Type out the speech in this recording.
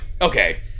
okay